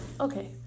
Okay